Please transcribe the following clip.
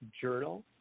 journal